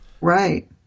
right